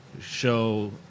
show